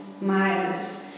miles